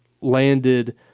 landed